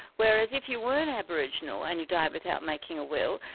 whereas if you weren't aboriginal and you died without making a will,